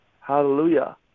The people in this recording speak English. Hallelujah